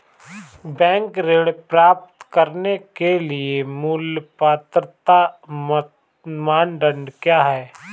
Bank ऋण प्राप्त करने के लिए मूल पात्रता मानदंड क्या हैं?